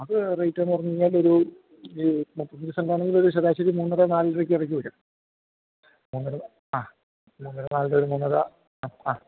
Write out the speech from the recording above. അത് റേറ്റെന്നു പറഞ്ഞു കഴിഞ്ഞാൽ ഒരു മുപ്പത്തി അഞ്ച് സെൻറ്റാണെങ്കിൽ ഒരു ശരാശരി മൂന്ന് രൂപ നാല് രൂപ അടുത്ത് വരും അങ്ങനെ ആ മൂന്ന് രൂപ നാല് രൂപ അങ്ങനുള്ള അ ആ